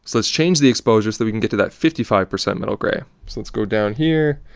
so let's change the exposure so we can get to that fifty five percent middle grey. so, let's go down here,